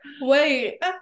wait